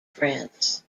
france